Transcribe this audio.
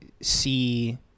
see